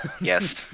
yes